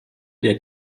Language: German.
der